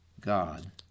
God